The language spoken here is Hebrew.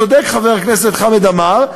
צודק חבר הכנסת חמד עמאר,